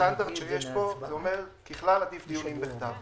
הסטנדרט שיש פה אומר שככלל עדיף דיונים בכתב.